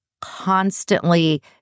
constantly